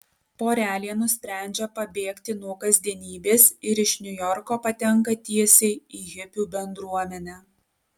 porelė nusprendžia pabėgti nuo kasdienybės ir iš niujorko patenka tiesiai į hipių bendruomenę